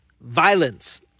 violence